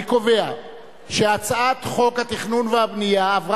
אני קובע שהצעת חוק הליכי תכנון ובנייה להאצת הבנייה למגורים